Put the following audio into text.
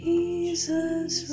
Jesus